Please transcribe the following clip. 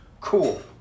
Cool